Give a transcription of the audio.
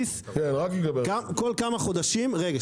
לא שמת לגמרי ואין מה לעשות איתה.